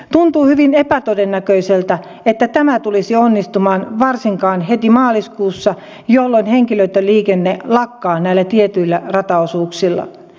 tuntuu hyvin epätodennäköiseltä että tämä tulisi onnistumaan varsinkaan heti maaliskuussa jolloin henkilöliikenne lakkaa näillä tietyillä rataosuuksilla